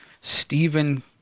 Stephen